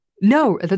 No